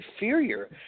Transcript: inferior